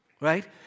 right